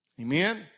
Amen